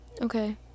Okay